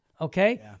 Okay